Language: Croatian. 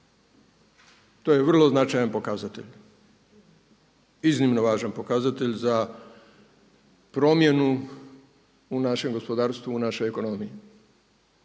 To je vrlo značajan pokazatelj, iznimno važan pokazatelj za promjenu u našem gospodarstvu, u našoj ekonomiji.